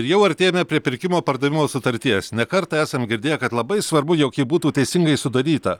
jau artėjame prie pirkimo pardavimo sutarties ne kartą esam girdėję kad labai svarbu jog ji būtų teisingai sudaryta